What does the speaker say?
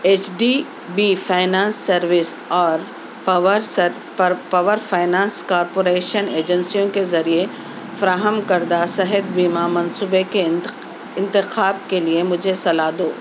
H D B finance service اور power سر پر پاور فائنانس کارپوریشن ایجنسیوں کے ذریعے فراہم کردہ صحت بیمہ منصوبے کے انتخاب کے لیے مجھے صلاح دو